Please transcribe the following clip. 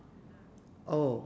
oh